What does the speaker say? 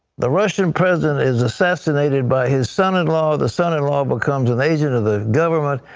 the russian president is assassinated by his son-in-law, the son-in-law becomes an agent of the government,